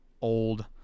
old